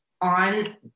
on